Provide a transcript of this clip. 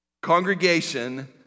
congregation